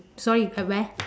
so it's at where